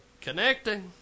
Connecting